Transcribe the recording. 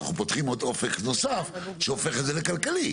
אנחנו פותחים עוד אופק נוסף שהופך את זה לכלכלי.